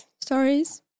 Stories